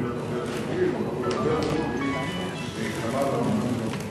הרבה יותר גבוהים מכמה וכמה מדינות.